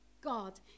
God